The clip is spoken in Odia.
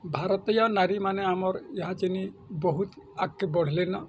ଭାରତୀୟ ନାରୀ ମାନେ ଆମର ଈହା ଚିନି ବହୁତ ଆଗକେ ବଢ଼ିଲେନ